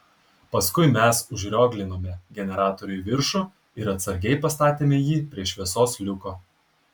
paskui mes užrioglinome generatorių į viršų ir atsargiai pastatėme jį prie šviesos liuko